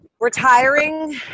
retiring